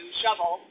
shovel